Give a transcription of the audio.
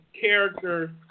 character